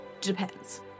depends